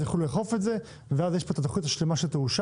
יוכלו לאכוף את זה ואז יש פה את התוכנית השלמה שתאושר.